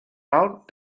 out